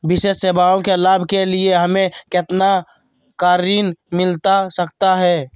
विशेष सेवाओं के लाभ के लिए हमें कितना का ऋण मिलता सकता है?